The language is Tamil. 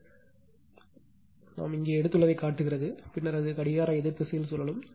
இது a b c தொடர் என்றால் நாம் இங்கே எடுத்துள்ளதைக் காட்டுகிறது பின்னர் அது கடிகாரஎதிர் திசையில் சுழலும்